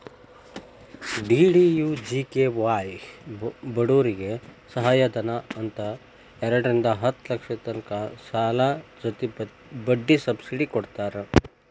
DDUGKY ಬಡೂರಿಗೆ ಸಹಾಯಧನ ಅಂತ್ ಎರಡರಿಂದಾ ಹತ್ತ್ ಲಕ್ಷದ ತನಕ ಸಾಲದ್ ಜೊತಿ ಬಡ್ಡಿ ಸಬ್ಸಿಡಿ ಕೊಡ್ತಾರ್